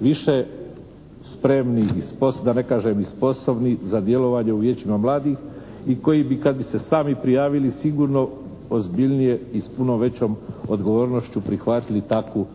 više spremni da ne kažem i sposobni za djelovanje u vijećima mladih i koji bi kad bi se sami prijavili sigurno ozbiljnije i s puno većom odgovornošću prihvatili takvu